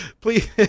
Please